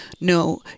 no